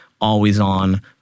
always-on